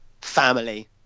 family